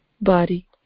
body